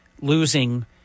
losing